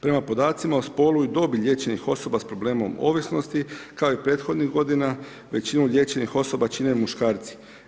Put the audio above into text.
Prema podacima o spolu i dobi liječenih osoba s problemom ovisnosti kao i prethodnih godina, većinu liječenih osoba čine muškarci.